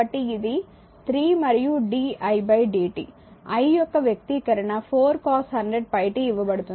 కాబట్టి ఇది 3 మరియు di dt i యొక్క వ్యక్తీకరణ 4 cos 100πt ఇవ్వబడుతుంది